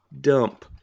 Dump